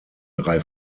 drei